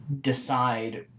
decide